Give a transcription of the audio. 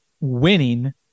winning